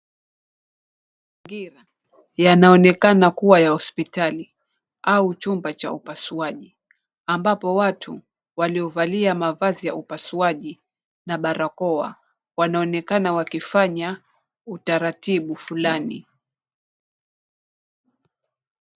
Yanaonekana kua ya hospitali au chumba cha upasuaji ambapo watu waliovalia mavazi ya upasuaji na barakoa wanaonekana wakifanya utaratibu fulani.